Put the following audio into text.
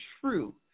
true